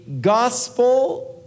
gospel